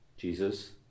Jesus